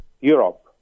Europe